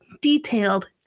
detailed